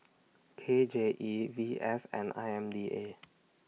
K J E V S and I M D A